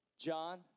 John